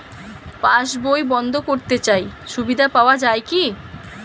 পাশ বই বন্দ করতে চাই সুবিধা পাওয়া যায় কি?